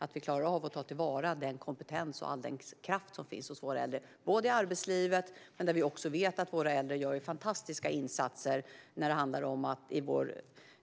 Vi måste klara av att ta till vara den kompetens och all den kraft som finns hos våra äldre både i arbetslivet och där vi vet att våra äldre också gör fantastiska insatser, till exempel